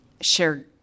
share